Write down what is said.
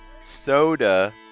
soda